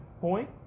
point